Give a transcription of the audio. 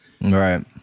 Right